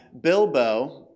Bilbo